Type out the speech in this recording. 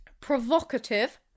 Provocative